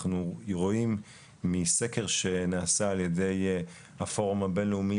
אנחנו רואים שמסקר שנעשה על ידי הפורום הבין לאומי